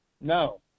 No